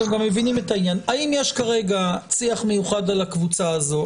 אתם גם מבינים את העניין: האם יש כרגע צי"ח מיוחד על הקבוצה הזו?